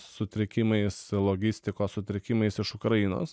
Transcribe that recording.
sutrikimais logistikos sutrikimais iš ukrainos